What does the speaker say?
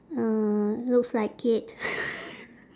uh looks like it